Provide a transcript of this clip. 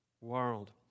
world